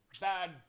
Bad